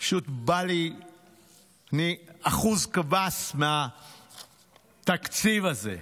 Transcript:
אני אחוז קבס מהתקציב הזה.